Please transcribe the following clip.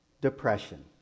depression